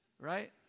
right